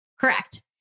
Correct